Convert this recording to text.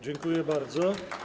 Dziękuję bardzo.